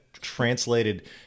translated